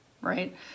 Right